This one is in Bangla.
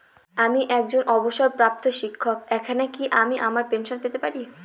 আমি একজন অবসরপ্রাপ্ত শিক্ষক এখানে কি আমার পেনশনের টাকা পেতে পারি?